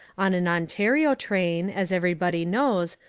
on an ontario train, as everybody knows,